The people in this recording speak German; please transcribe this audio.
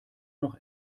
noch